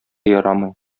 ярамый